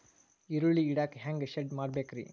ಈರುಳ್ಳಿ ಇಡಾಕ ಹ್ಯಾಂಗ ಶೆಡ್ ಮಾಡಬೇಕ್ರೇ?